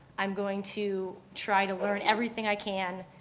i'm going to try to learn everything i can,